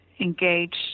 engaged